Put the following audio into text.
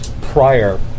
prior